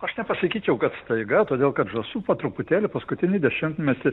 aš nepasakyčiau kad staiga todėl kad žąsų po truputėlį paskutinį dešimtmetį